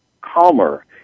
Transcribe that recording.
calmer